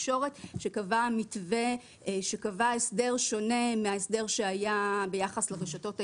התקשורת שקבע הסדר שונה מההסדר שהיה ביחס לרשתות הישנות.